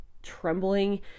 trembling